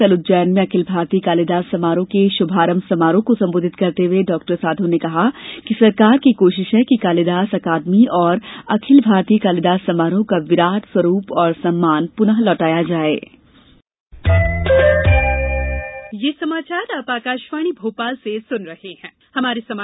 कल उज्जैन में अखिल भारतीय कालिदास समारोह के शुभारंभ समारोह को संबोधित करते हए डॉ साधौ ने कहा कि सरकार की कोशिश है कि कालिदास अकादमी एवं अखिल भारतीय कालिदास समारोह का विराट स्वरूप एवं सम्मान पुनः लौटाया जाये